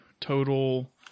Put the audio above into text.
total